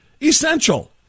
essential